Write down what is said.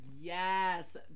Yes